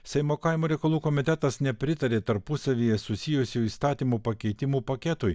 seimo kaimo reikalų komitetas nepritarė tarpusavyje susijusių įstatymų pakeitimų paketui